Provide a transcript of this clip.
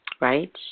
right